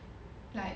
like